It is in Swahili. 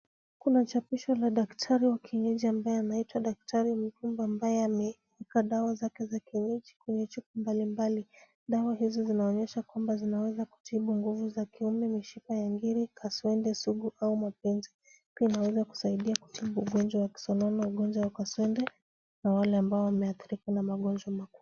Kuna chapisho la daktari wa kienyeji ambaye anaitwa daktari Mduba ambaye ameeka dawa zake za kienyeji kwenye chupa mbali mbali. Dawa hizo zinaonyesha kwamba zinaweza kutibu nguvu za kiume, mishipa ya ngiri, kaswende sugu au mapenzi. Pia inaweza kusaidia kutibu ugonjwa wa kisonono, ugonjwa wa kaswende na wale ambao wameathirika na magonjwa mengine.